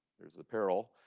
there's a peril.